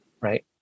right